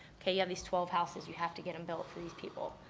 okay, you have these twelve houses, you have to get them built for these people.